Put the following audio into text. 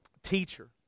teacher